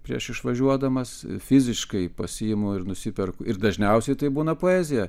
prieš išvažiuodamas fiziškai pasiimu ir nusiperku ir dažniausiai tai būna poezija